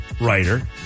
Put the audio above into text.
writer